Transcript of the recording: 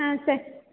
ஆ சே